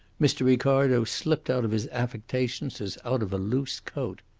mr. ricardo slipped out of his affectations as out of a loose coat.